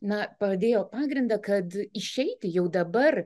na padėjo pagrindą kad išeiti jau dabar